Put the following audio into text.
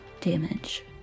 damage